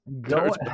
Go